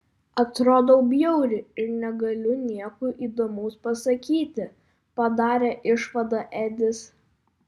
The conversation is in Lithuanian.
atrodau bjauriai ir negaliu nieko įdomaus pasakyti padarė išvadą edis